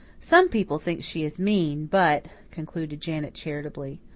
some people think she is mean but, concluded janet charitably,